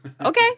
Okay